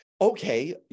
Okay